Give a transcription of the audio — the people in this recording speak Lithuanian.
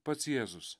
pats jėzus